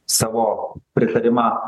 savo pritarimą